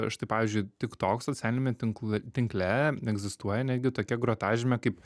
štai pavyzdžiui tiktok socialiniame tinkl tinkle egzistuoja netgi tokia grotažymė kaip